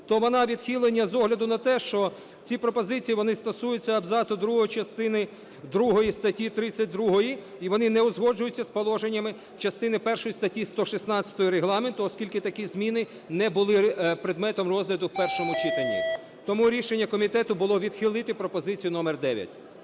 то вона відхилена з огляду на те, що ці пропозиції вони стосуються абзацу другого частини другої статті 32, і вони не узгоджуються з положеннями частини першої статті 116 Регламенту, оскільки такі зміни не були предметом розгляду в першому читанні. Тому рішення комітету було відхилити пропозицію номер 9.